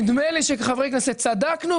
נדמה לי שכחברי כנסת צדקנו,